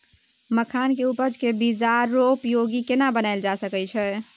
मखान के उपज के बाजारोपयोगी केना बनायल जा सकै छै?